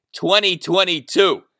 2022